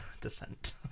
descent